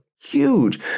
huge